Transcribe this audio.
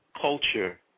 culture